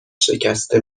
شکسته